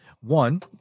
one